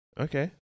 okay